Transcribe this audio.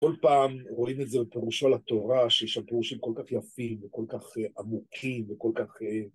כל פעם רואים את זה בפירוש על התורה, שיש שם פירושים כל כך יפים וכל כך עמוקים וכל כך...